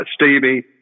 Stevie